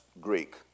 Greek